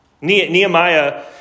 Nehemiah